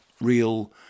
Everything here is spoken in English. real